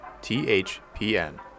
THPN